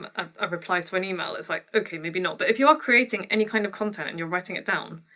um ah a reply to an email it's like, okay maybe not. but if you are creating any kind of content and you're writing it down,